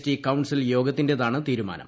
T council യോഗത്തിന്റേതാണ് തീരുമാനം